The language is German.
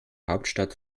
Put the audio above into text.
hauptstadt